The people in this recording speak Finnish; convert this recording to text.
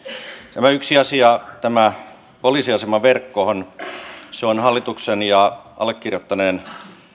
yksi asia tämä poliisiasemaverkko on hallituksen ja allekirjoittaneen